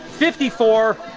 fifty four,